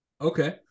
Okay